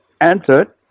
answered